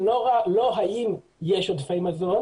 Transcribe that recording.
לכן השאלה היא לא האם יש עודפי מזון